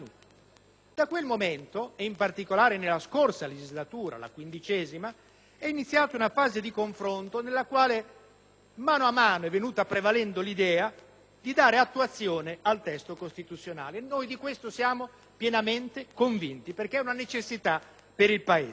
Da quel momento, e in particolare nella scorsa legislatura, è iniziata una fase di confronto nella quale, mano a mano, è venuta prevalendo l'idea di dare attuazione al testo costituzionale. Noi di questo siamo pienamente convinti perché è una necessità per il Paese.